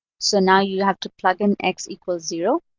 so now you have to plug in x equals zero,